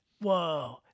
Whoa